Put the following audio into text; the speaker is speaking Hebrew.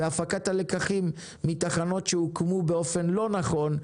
כמו כן להפיק לקחים מתחנות שהוקמו באופן לא נכון,